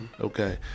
okay